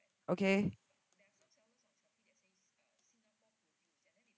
okay